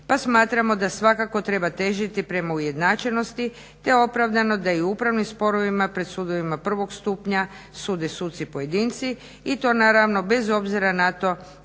pa smatramo da svakako treba težiti prema ujednačenosti te opravdano da i u upravnim sporovima pred sudovima prvog stupnja sude suci pojedinci i to naravno bez obzira na to